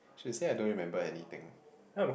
she said I don't remember anything